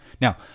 now